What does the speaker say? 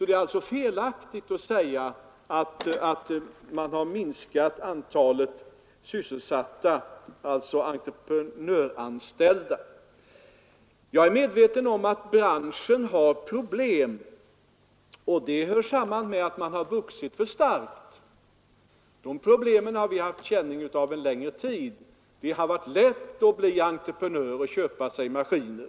Det är alltså felaktigt att säga att antalet entreprenörsanställda har minskat. Jag är medveten om att branschen har problem, vilket hör samman med att den har vuxit mycket starkt. De problemen har vi haft känning av en längre tid. Det har varit lätt att bli entreprenör och köpa sig maskiner.